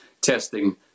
testing